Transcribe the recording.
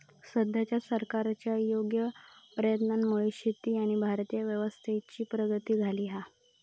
सद्याच्या सरकारच्या योग्य प्रयत्नांमुळे शेती आणि भारतीय अर्थव्यवस्थेची प्रगती झाली हा